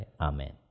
Amen